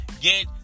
get